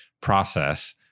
process